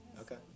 Okay